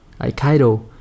Aikido